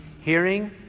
hearing